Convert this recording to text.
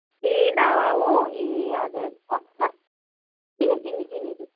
ए दावा हो ए हजुर हजुर भन्नुहोस् न चिनेँ चिनेँ चिनेँ